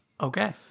Okay